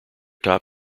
top